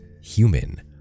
human